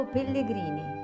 Pellegrini